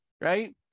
right